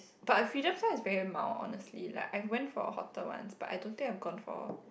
but uh freedom's one is very mild honestly like I went for hotter ones but I don't think I have gone for